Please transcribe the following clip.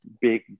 big